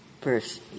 first